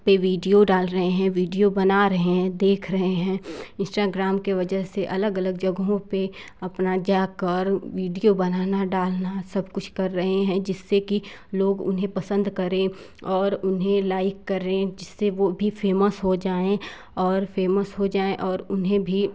पर वीडियो डाल रहे हैं वीडियो बना रहे हैं देख रहे हैं इंस्टाग्राम की वजह से अलग अलग जगहों पर अपना जाकर वीडियो बनाना डालना सब कुछ कर रहे हैं जिससे कि लोग उन्हें पसंद करें और उन्हें लाइक करें जिससे वो भी फेमस हो जाए और फेमस हो जाए और उन्हें भी